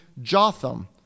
Jotham